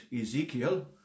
ezekiel